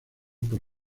por